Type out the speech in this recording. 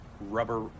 rubber